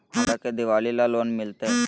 हमरा के दिवाली ला लोन मिलते?